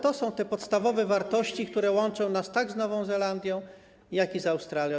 To są te podstawowe wartości, które łączą nas tak z Nową Zelandią, jak i z Australią.